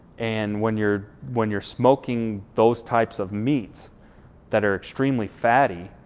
and when you're when you're smoking those types of meats that are extremely fatty,